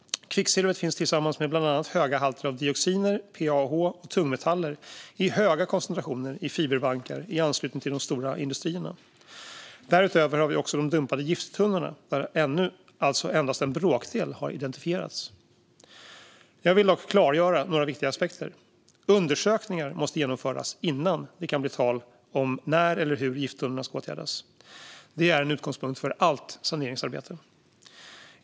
Kvicksilvret finns tillsammans med bland annat höga halter av dioxiner, PAH och tungmetaller i höga koncentrationer i fiberbankar i anslutning till de stora industrierna. Därutöver har vi också de dumpade gifttunnorna, där ännu alltså endast en bråkdel har identifierats. Jag vill dock klargöra några viktiga aspekter. Undersökningar måste genomföras innan det kan bli tal om när eller hur gifttunnorna ska åtgärdas. Det är en utgångspunkt för allt saneringsarbete.